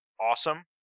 awesome